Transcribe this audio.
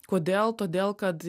kodėl todėl kad